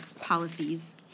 policies